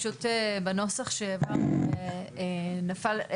פשוט בנוסח שהעברנו נפל,